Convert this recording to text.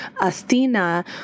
Athena